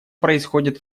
происходит